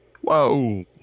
Whoa